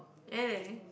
really